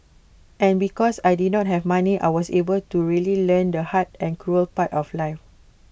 and because I did not have money I was able to really learn the hard and cruel part of life